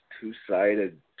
two-sided